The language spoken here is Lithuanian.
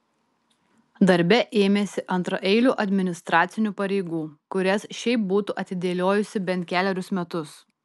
darbe ėmėsi antraeilių administracinių pareigų kurias šiaip būtų atidėliojusi bent kelerius metus